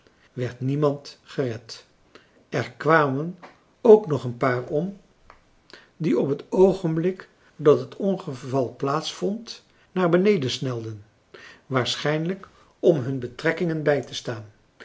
werd niemand gered er kwamen ook nog een paar om die op het oogenblik dat het ongeval plaats vond naar beneden snelden waarschijnlijk om hun betrekkingen bij te staan